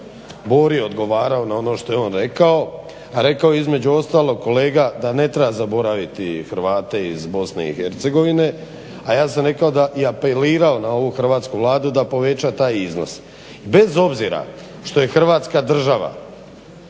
Bori odgovarao na ono što je on rekao, a rekao je između ostalog kolega da ne treba zaboraviti Hrvate iz BiH, a ja sam rekao i apelirao na ovu hrvatsku Vladu da poveća taj iznos. Bez obzira što je Hrvatska država